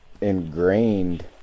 ingrained